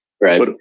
Right